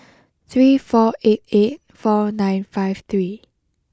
three four eight eight four nine five three